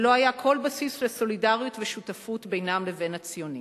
לא היה כל בסיס לסולידריות ושותפות בינם לבין הציונים.